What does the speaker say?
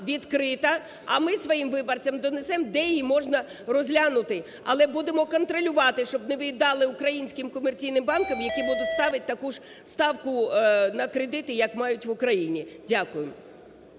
А ми своїм виборцям донесемо, де її можна розглянути, але будемо контролювати, щоб не виїдали українським комерційним банкам, які будуть ставити таку ж ставку на кредити, як мають в Україні. Дякую.